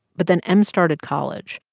but then m started college.